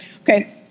Okay